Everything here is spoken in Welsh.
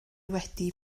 wedi